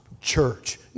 church